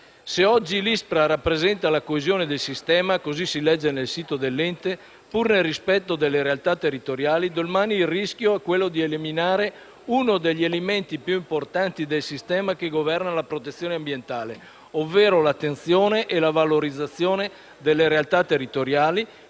Se oggi l'ISPRA rappresenta l'elemento di coesione del sistema (così si legge nel sito dell'ente), pur nel rispetto delle realtà territoriali, domani il rischio è quello di eliminare uno degli elementi più importanti del sistema che governa la protezione ambientale, ovvero l'attenzione e la valorizzazione delle realtà territoriali,